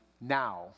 now